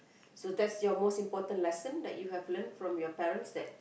so that's your most important lesson that you have learnt from your parents that